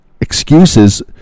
excuses